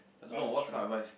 I don't know what kind of rice